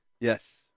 Yes